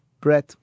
bread